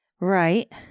Right